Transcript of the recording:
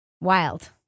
Wild